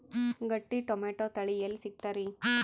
ಗಟ್ಟಿ ಟೊಮೇಟೊ ತಳಿ ಎಲ್ಲಿ ಸಿಗ್ತರಿ?